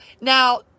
Now